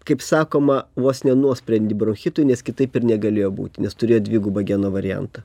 kaip sakoma vos ne nuosprendį bronchitui nes kitaip ir negalėjo būti nes turėjo dvigubą geno variantą